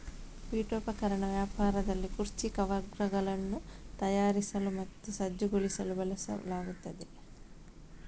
ಪೀಠೋಪಕರಣ ವ್ಯಾಪಾರದಲ್ಲಿ ಕುರ್ಚಿ ಕವರ್ಗಳನ್ನು ತಯಾರಿಸಲು ಮತ್ತು ಸಜ್ಜುಗೊಳಿಸಲು ಬಳಸಲಾಗುತ್ತದೆ